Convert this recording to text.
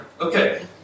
Okay